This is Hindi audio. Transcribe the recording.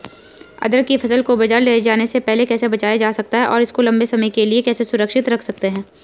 अदरक की फसल को बाज़ार ले जाने से पहले कैसे बचाया जा सकता है और इसको लंबे समय के लिए कैसे सुरक्षित रख सकते हैं?